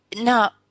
Now